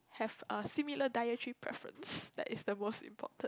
have a similar diet treat breakfast that is the most important